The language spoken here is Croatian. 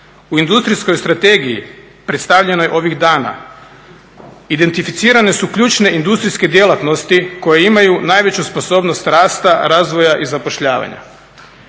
U industrijskoj strategiji predstavljeno je ovih dana, identificirane su ključne industrijske djelatnosti koje imaju najveću sposobnost rasta, razvoja i zapošljavanja.